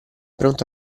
pronto